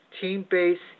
team-based